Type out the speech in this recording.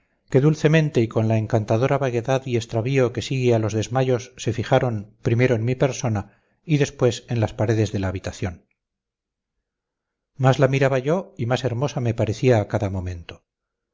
que dulcemente y con la encantadora vaguedad y extravío que sigue a los desmayos se fijaron primero en mi persona y después en las paredes de la habitación más la miraba yo y más hermosa me parecía a cada momento